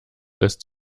lässt